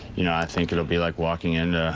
you know i think it will be like walking in